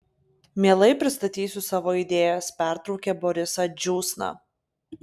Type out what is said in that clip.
mielai pristatysiu savo idėjas pertraukė borisą džiūsna